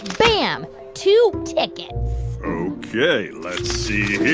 bam two tickets ok, let's see